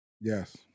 Yes